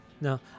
no